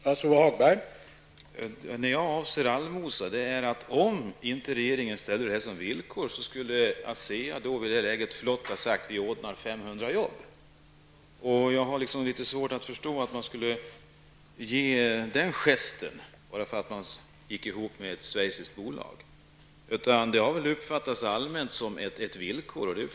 Herr talman! När jag talar om allmosor menar jag alltså att Asea knappast flott skulle ha sagt att man skulle ordna 500 jobb, även om regeringen inte hade ställt upp det som ett villkor. Jag har litet svårt att förstå att Asea skulle göra den gesten bara för att man gick ihop med ett schweiziskt bolag. Det har väl allmänt uppfattats som ett villkor.